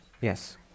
Yes